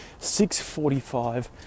6.45